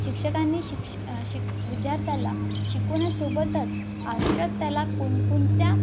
शिक्षकांनी शिक्ष शिक विद्यार्थ्याला शिकवण्यासोबतच आयुष्यात त्याला कोणकोणत्या